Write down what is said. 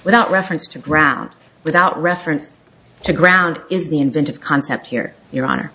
without reference to ground without reference to ground is the inventive concept here your honor her